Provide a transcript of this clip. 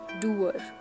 doer